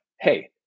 hey